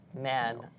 man